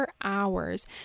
hours